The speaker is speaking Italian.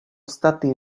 stati